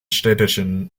städtischen